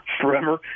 forever